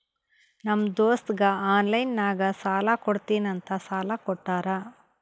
ನಮ್ ದೋಸ್ತಗ ಆನ್ಲೈನ್ ನಾಗೆ ಸಾಲಾ ಕೊಡ್ತೀನಿ ಅಂತ ಸಾಲಾ ಕೋಟ್ಟಾರ್